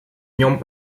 нем